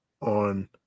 on